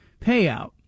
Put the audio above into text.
payout